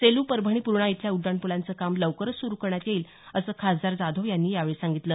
सेलू परभणी पूर्णा इथल्या उड्डाणपुलांचं काम लवकरच स्रु करण्यात येईल असं खासदार जाधव यांनी यावेळी सांगितलं